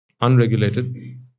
unregulated